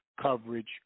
coverage